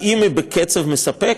האם היא בקצב מספק?